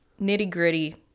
nitty-gritty